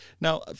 Now